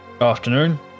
Afternoon